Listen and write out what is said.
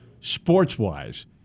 sports-wise